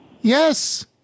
Yes